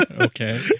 okay